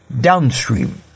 downstream